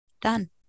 Done